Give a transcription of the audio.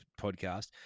podcast